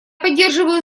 поддерживаю